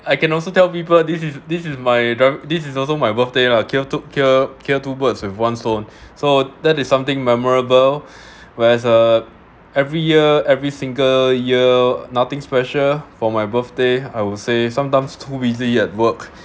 I can also tell people this is this is my dri~ this is also my birthday la kills two kills two birds with one stone so that is something memorable where's uh every year every single year nothing special for my birthday I would say sometimes too busy at work